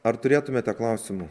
ar turėtumėte klausimų